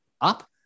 up